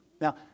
Now